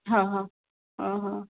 हा हा हा हा